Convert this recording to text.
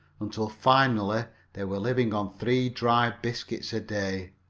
until finally they were living on three dry biscuits a day